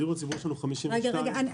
בדיור הציבורי יש לנו 52 --- אני מצטערת,